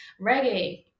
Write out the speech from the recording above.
reggae